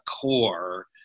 core